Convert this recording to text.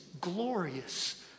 glorious